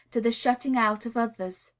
to the shutting out of others.